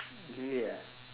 really ah